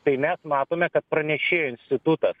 tai mes matome kad pranešėjo institutas